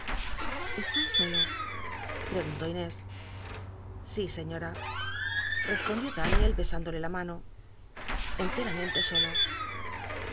estais solo pregun tó inés sí sciíora cspondió daniel hesitndolc la mano enteramente solo